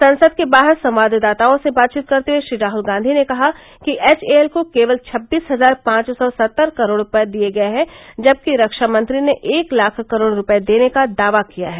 संसद के बाहर संवाददाताओं से बातचीत करते हुए श्री राहल गांधी ने कहा कि एचए एल को केवल छब्बीस हजार पांच सौ सत्तर करोड़ रूपए दिए गए हैं जबकि रक्षामंत्री ने एक लाख करोड़ रूपए देने का दावा किया है